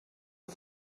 are